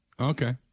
Okay